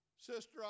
sister